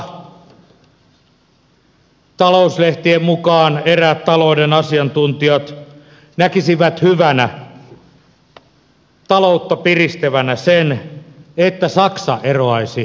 usassa talouslehtien mukaan eräät talouden asiantuntijat näkisivät hyvänä taloutta piristävänä sen että saksa eroaisi eurosta